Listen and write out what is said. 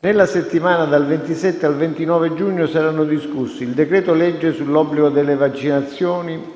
Nella settimana dal 27 al 29 giugno saranno discussi il decreto-legge sull’obbligo delle vaccinazioni